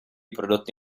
prodotti